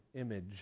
image